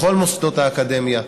בכל מוסדות האקדמיה,